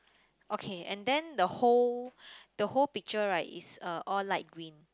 okay and then the whole the whole picture right is uh all light green